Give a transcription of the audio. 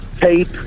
tape